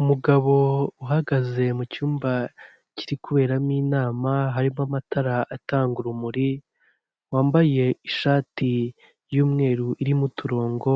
Umugabo uhagaze mu cyumba kiri kuberamo inama harimo amatara atanga urumuri, wambaye ishati y’umweru irimo uturongo,